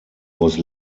was